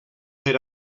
per